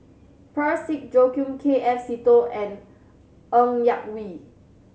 Parsick Joaquim K F Seetoh and Ng Yak Whee